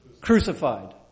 crucified